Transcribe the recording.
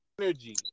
energy